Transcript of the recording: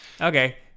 okay